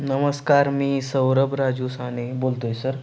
नमस्कार मी सौरभ राजू साने बोलतो आहे सर